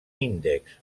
índex